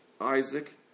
Isaac